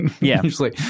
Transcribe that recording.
usually